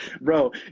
bro